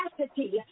capacity